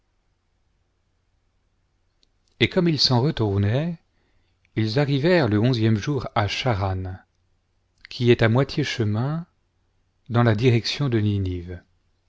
et comme ils s'en retournaient ils arrivèrent le onzième jour à charan qui est à moitié chemin dans la direction de